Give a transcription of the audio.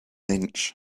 inch